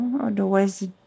Otherwise